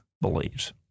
believes